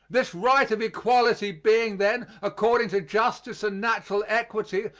this right of equality being, then, according to justice and natural equity,